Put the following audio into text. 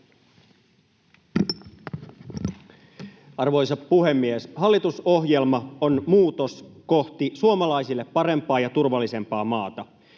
Arvoisa puhemies! Hallitusohjelma on muutos kohti suomalaisille parempaa ja turvallisempaa maata.